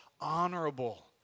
honorable